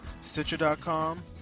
Stitcher.com